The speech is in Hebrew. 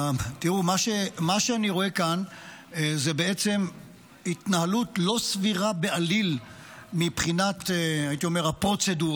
מה שאני רואה כאן זה התנהלות לא סבירה בעליל מבחינת הפרוצדורה,